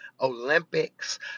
Olympics